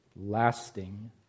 lasting